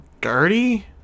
dirty